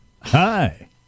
hi